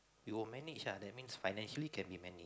we will manage ah that means financially can be manage